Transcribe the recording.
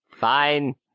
Fine